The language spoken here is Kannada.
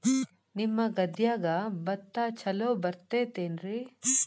ನಿಮ್ಮ ಗದ್ಯಾಗ ಭತ್ತ ಛಲೋ ಬರ್ತೇತೇನ್ರಿ?